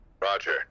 Roger